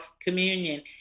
communion